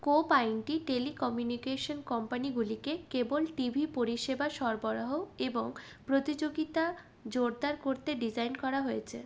কোপ আইনটি টেলিকমিউনিকেশন কোম্পানিগুলিকে কেবল টিভি পরিষেবা সরবরাহ এবং প্রতিযোগিতা জোরদার করতে ডিজাইন করা হয়েছে